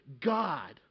God